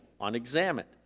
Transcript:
unexamined